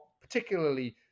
particularly